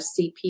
CP